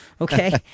okay